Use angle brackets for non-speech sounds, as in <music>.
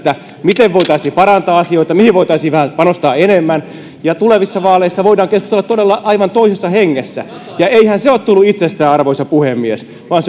miten voitaisiin parantaa asioita mihin voitaisiin vähän panostaa enemmän ja tulevissa vaaleissa voidaan keskustella todella aivan toisessa hengessä ja eihän se ole tullut itsestään arvoisa puhemies vaan <unintelligible>